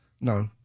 no